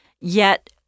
Yet-